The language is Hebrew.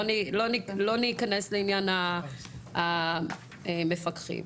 לא ניכנס לעניין המפקחים.